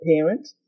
parent